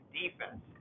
defense